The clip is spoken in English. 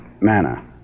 manner